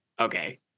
Okay